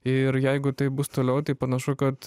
ir jeigu taip bus toliau tai panašu kad